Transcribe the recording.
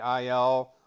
IL